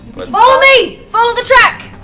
but follow me! follow the track!